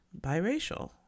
biracial